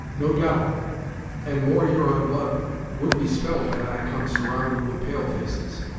no doubt and more huron blood would be spilt had i come surrounded with pale-faces.